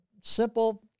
simple